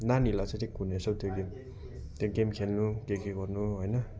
नानीहरूलाई चाहिँ ठिक हुने रहेछ हौ त्यो गेम खेल्नु के के गर्नु है होइन